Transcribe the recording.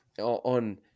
on